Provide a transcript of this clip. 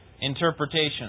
interpretation